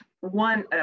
One